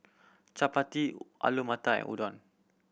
Chapati Alu Matar and Udon